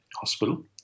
Hospital